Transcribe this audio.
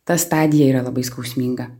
ta stadija yra labai skausminga